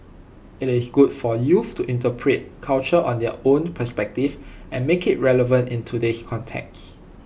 IT is good for youth to interpret culture on their own perspective and make IT relevant in today's context